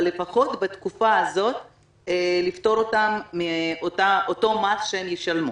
אבל לפחות בתקופה הזאת לפתור אותם מאותו מס שהם ישלמו.